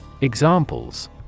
Examples